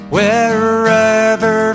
Wherever